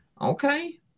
Okay